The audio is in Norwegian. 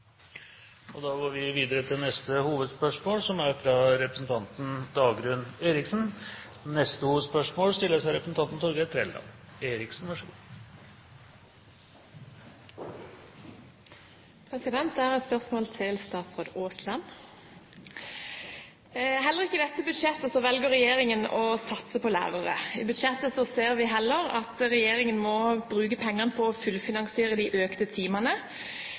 går videre til neste hovedspørsmål. Jeg har et spørsmål til statsråd Aasland. Heller ikke i dette budsjettet velger regjeringen å satse på lærere. I budsjettet ser vi at regjeringen heller vil bruke pengene på å fullfinansiere det økte